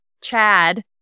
Chad